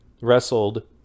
wrestled